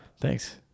Thanks